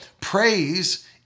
praise